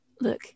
Look